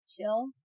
chill